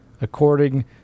according